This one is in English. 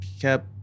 kept